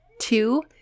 two